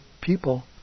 people